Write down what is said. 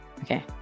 Okay